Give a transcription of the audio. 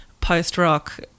post-rock